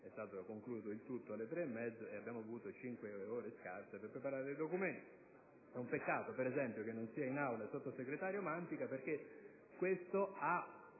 è stato concluso alle ore 15,30 e abbiamo avuto cinque ore scarse per preparare i documenti. È un peccato che non sia in Aula il sottosegretario Mantica, perché questo ha